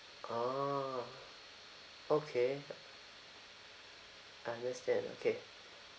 oh okay understand okay